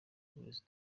y’uburezi